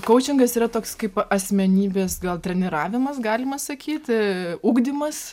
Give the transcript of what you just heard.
kaučingas yra toks kaip asmenybės gal treniravimas galima sakyti ugdymas